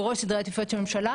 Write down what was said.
בראש סדרי העדיפויות של הממשלה.